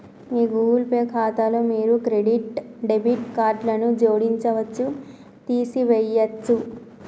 మీ Google Pay ఖాతాలో మీరు మీ క్రెడిట్, డెబిట్ కార్డులను జోడించవచ్చు, తీసివేయచ్చు